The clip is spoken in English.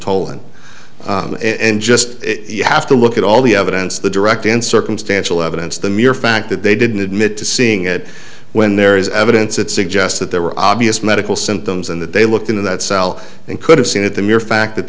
decision and tolan in just you have to look at all the evidence the direct and circumstantial evidence the mere fact that they didn't admit to seeing it when there is evidence that suggests that there were obvious medical symptoms and that they looked into that cell and could have seen that the mere fact that